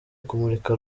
kumurika